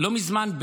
לא מזמן,